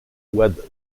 wade